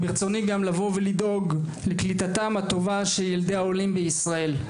ברצוני גם לבוא ולדאוג לקליטתם הטובה של ילדי העולים בישראל.